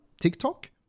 TikTok